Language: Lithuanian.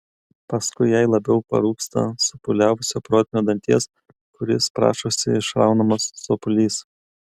paskui jai labiau parūpsta supūliavusio protinio danties kuris prašosi išraunamas sopulys